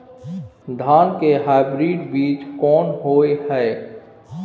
धान के हाइब्रिड बीज कोन होय है?